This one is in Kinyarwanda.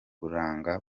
buranga